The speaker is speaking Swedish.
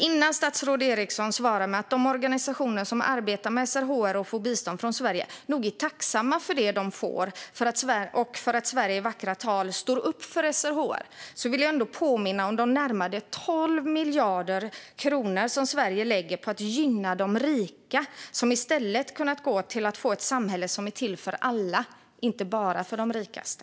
Innan statsrådet Eriksson svarar att de organisationer som arbetar med SRHR och får bistånd från Sverige nog är tacksamma för det de får och för att Sverige i vackra tal står upp för SRHR vill jag ändå påminna om de närmare 12 miljarder kronor som Sverige lägger på att gynna de rika och som i stället hade kunnat gå till att få ett samhälle som är till för alla - inte bara för de rikaste.